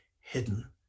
hidden